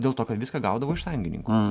dėl to kad viską gaudavo iš sąjungininkų